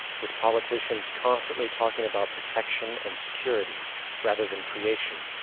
with politicians constantly talking about protection and security rather than creation,